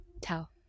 tell